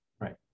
right